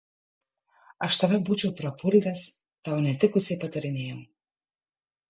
aš tave būčiau prapuldęs tau netikusiai patarinėjau